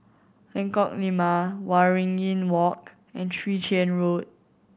Lengkok Lima Waringin Walk and Chwee Chian Road